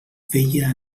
feia